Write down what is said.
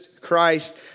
Christ